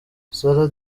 sarah